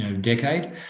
decade